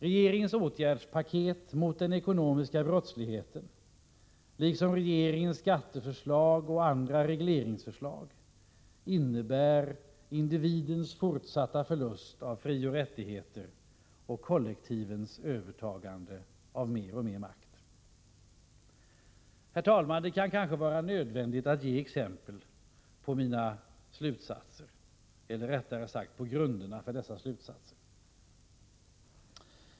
Regeringens åtgärdspaket mot den ekonomiska brottsligheten, liksom regeringens skatteförslag och andra förslag om reglering, innebär individens fortsatta förlust av frioch rättigheter och kollektivens övertagande av mer och mer makt. Herr talman! Det är kanske nödvändigt att ge exempel på grunderna för mina slutsatser.